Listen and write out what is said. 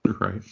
Right